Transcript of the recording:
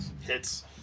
Hits